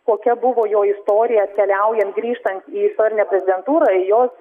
kokia buvo jo istorija atkeliaujant grįžtant į istorinę prezidentūrą į jos